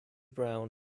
brown